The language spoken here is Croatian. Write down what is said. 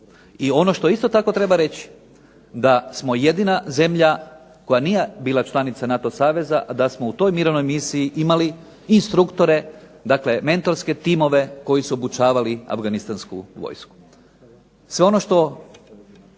I ono što isto tako treba reći da smo jedina zemlja koja nije bila članica NATO saveza, a da smo u toj mirovnoj misiji imali instruktore, dakle mentorske timove koji su obučavali afganistansku vojsku. Sve ono što